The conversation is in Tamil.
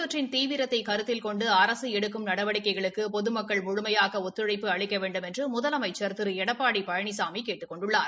தொற்றின் தீவிரத்தைகருத்தில் கொண்டுஅரசுஎடுக்கும் நடவடிக்கைகளுக்குபொதுமக்கள் முழுமையாகஒத்துழை்பு அளிக்கவேண்டுமென்றுமுதலமைச்சா் திருளடப்பாடிபழனிசாமிகேட்டுக் கொண்டுள்ளார்